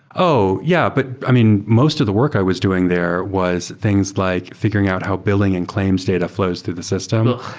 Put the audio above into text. oh, yeah. but i mean most of the work i was doing there was things like fi guring out how billing and claims data fl ows through the system.